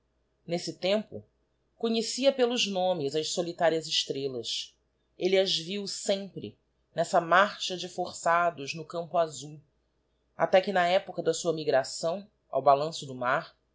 nesse lempo conhecia pelos nomes as solitárias estrellas elle as viu sempre n'essa marcha de forçados no campo azul até que na epocha da sua migração ao balanço do mar